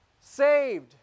Saved